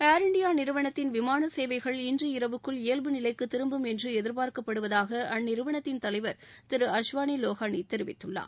ஏர் India நிறுவனத்தின் விமான சேவைகள் இன்று இரவுக்குள் இயல்பு நிலைக்கு திரும்பும் என்று எதிர்பார்க்கப்படுவதாக அந்நிறுவனத்தின் தலைவர் திரு அஷ்வாளி லோஹனி தெரிவித்துள்ளார்